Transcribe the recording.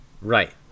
Right